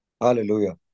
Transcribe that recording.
Hallelujah